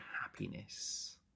happiness